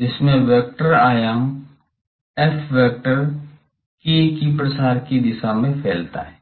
जिसमें वेक्टर आयाम f vector k कि प्रसार की दिशा में फैलता है